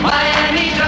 Miami